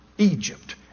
Egypt